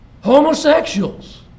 homosexuals